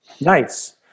Nice